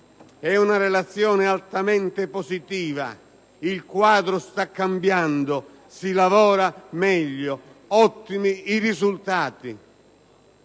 è una relazione altamente positiva: il quadro sta cambiando, si lavora meglio, ottimi i risultati.